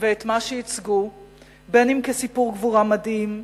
ואת מה שייצגו כסיפור גבורה מדהים,